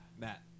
Matt